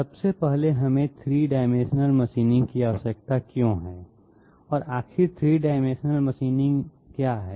सबसे पहले हमें 3 डाइमेंशनल मशीनिंग की आवश्यकता क्यों है और आखिर 3 डाइमेंशनल मशीनिंग क्या है